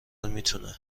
میتونه